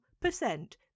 percent